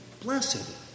blessed